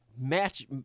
match